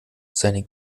seine